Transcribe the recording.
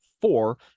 four